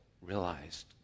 realized